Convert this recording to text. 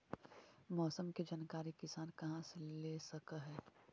मौसम के जानकारी किसान कहा से ले सकै है?